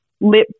lip